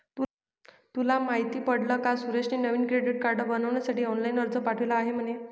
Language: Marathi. तुला माहित पडल का सुरेशने नवीन क्रेडीट कार्ड बनविण्यासाठी ऑनलाइन अर्ज पाठविला आहे म्हणे